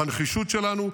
בנחישות שלנו,